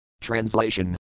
Translation